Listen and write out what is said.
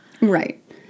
right